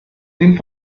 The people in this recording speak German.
sind